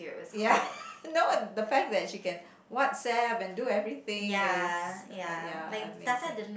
ya no the fact that she can WhatsApp and do everything is uh ya amazing